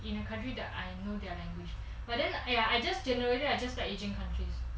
in a country that I know their language but then ya I just generally I just like asian country